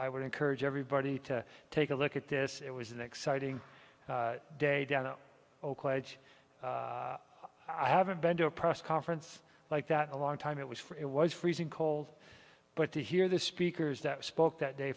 i would encourage everybody to take a look at this it was an exciting day down a local edge i haven't been to a press conference i like that a long time it was for it was freezing cold but to hear the speakers that spoke that day